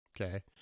Okay